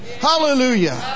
Hallelujah